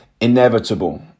inevitable